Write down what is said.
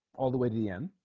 all the way to the end